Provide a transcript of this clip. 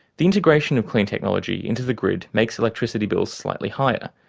the integration of clean technology into the grid makes electricity bills slightly higher,